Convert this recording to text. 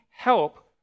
help